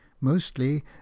Mostly